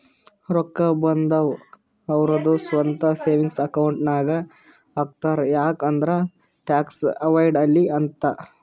ರೊಕ್ಕಾ ಬಂದಿವ್ ಅವ್ರದು ಸ್ವಂತ ಸೇವಿಂಗ್ಸ್ ಅಕೌಂಟ್ ನಾಗ್ ಹಾಕ್ತಾರ್ ಯಾಕ್ ಅಂದುರ್ ಟ್ಯಾಕ್ಸ್ ಅವೈಡ್ ಆಲಿ ಅಂತ್